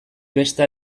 beste